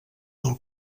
del